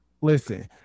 listen